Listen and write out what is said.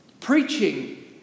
preaching